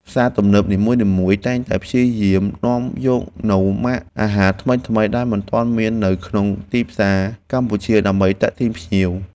ផ្សារទំនើបនីមួយៗតែងតែព្យាយាមនាំយកនូវម៉ាកអាហារថ្មីៗដែលមិនទាន់មាននៅក្នុងទីផ្សារកម្ពុជាដើម្បីទាក់ទាញភ្ញៀវ។